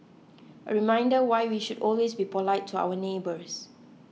a reminder why we should always be polite to our neighbours